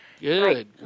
Good